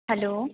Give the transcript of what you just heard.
hello